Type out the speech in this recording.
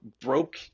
broke